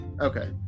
Okay